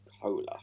cola